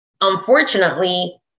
unfortunately